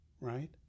right